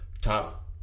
top